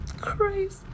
crazy